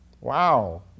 Wow